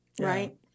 right